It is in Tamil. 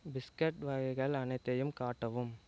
பிஸ்கட் வகைகள் அனைத்தையும் காட்டவும்